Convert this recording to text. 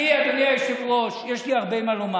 אני, אדוני היושב-ראש, יש לי הרבה מה לומר.